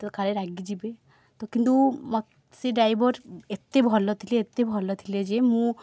ତ କାଳେ ରାଗିଯିବେ ତ କିନ୍ତୁ ମୋତେ ସେ ଡ୍ରାଇଭର୍ ଏତେ ଭଲ ଥିଲେ ଏତେ ଭଲ ଥିଲେ ଯେ ମୁଁ